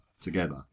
together